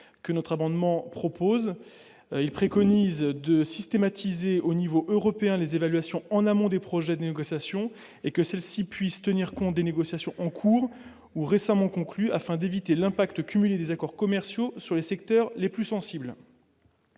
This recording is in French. que notre abonnement propose, il préconise de systématiser au niveau européen, les évaluations en amont des projets de négociations et que celle-ci puisse tenir compte des négociations en cours ou récemment conclu afin d'éviter l'impact cumulé des accords commerciaux sur les secteurs les plus sensibles.